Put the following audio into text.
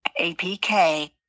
APK